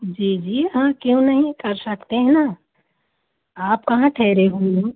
जी जी हाँ क्यों नहीं कर सकते हें ना आप कहाँ ठहरे हुए हो